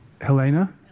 Helena